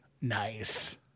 Nice